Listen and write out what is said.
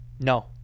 No